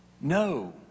No